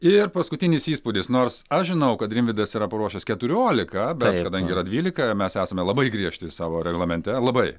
ir paskutinis įspūdis nors aš žinojau kad rimvydas yra paruošęs keturiolika bet kadangi yra dvylika mes esame labai griežti savo reglamente labai